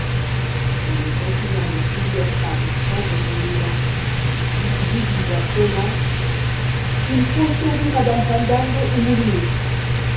puis reculant de plusieurs pas pour prendre son élan il dit d'une voix tonnante il faut sauver madame fandango ou mourir